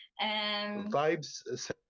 Vibes